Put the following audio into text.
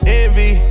envy